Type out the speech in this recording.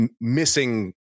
missing